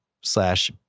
slash